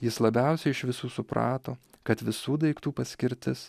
jis labiausiai iš visų suprato kad visų daiktų paskirtis